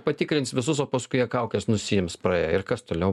patikrins visus o paskui kaukes nusiims praėję ir kas toliau